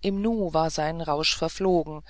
im nu war sein rausch verflogen